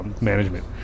management